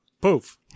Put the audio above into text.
Poof